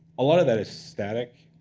a lot of that is static,